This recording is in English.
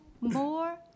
more